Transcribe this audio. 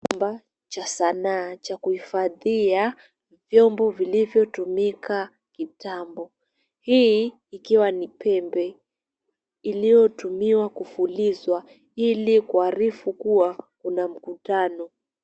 Chumba cha sanaa cha kuhifadhia vyombo vilivyotumika kitambo. Hii ikiwa ni pembe iliotumiwa kufulizwa ili kuarifu kuwa kuna mkutano.